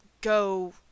go